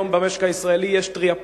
היום יש במשק הישראלי טריאפולים.